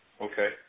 Okay